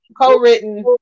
co-written